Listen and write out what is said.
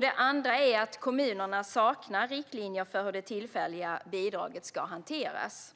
Det andra är att kommunerna saknar riktlinjer för hur det tillfälliga bidraget ska hanteras.